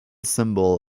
symbol